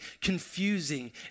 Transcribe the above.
confusing